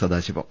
Sadasivam